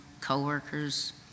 co-workers